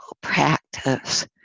practice